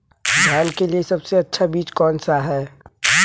धान के लिए सबसे अच्छा बीज कौन सा है?